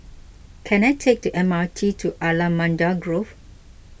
can I take the M R T to Allamanda Grove